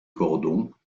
cordons